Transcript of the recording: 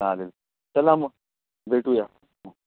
चालेल चला मग भेटूया